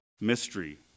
Mystery